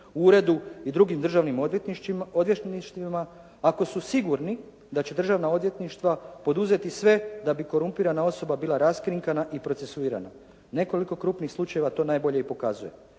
uredu i drugim državnim odvjetništvima ako su sigurni da će državna odvjetništva poduzeti sve da bi korumpirana osoba bila raskrinkana i procesuirana. Nekoliko krupnih slučajeva to najbolje i pokazuje.